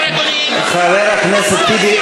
חבר הכנסת טיבי,